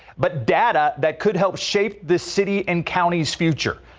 but data that could help shape the city and county's future.